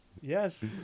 Yes